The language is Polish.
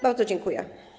Bardzo dziękuję.